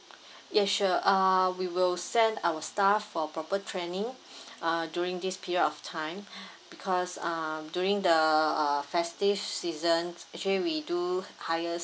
yes sure uh we will send our staff for proper training uh during this period of time because ah during the uh festive seasons actually we do hires